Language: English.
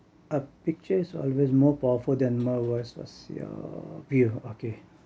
a picture is always more powerful than more words your peer okay